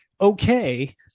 okay